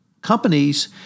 companies